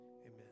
Amen